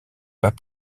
pas